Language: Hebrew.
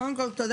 תודה